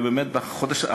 ובאמת החודש,